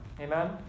Amen